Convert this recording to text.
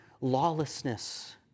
lawlessness